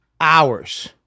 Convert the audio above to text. hours